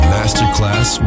Masterclass